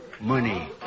Money